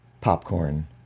popcorn